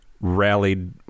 rallied